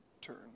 turn